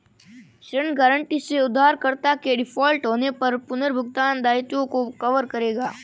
ऋण गारंटी से उधारकर्ता के डिफ़ॉल्ट होने पर पुनर्भुगतान दायित्वों को कवर करेगा